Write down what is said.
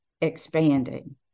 expanding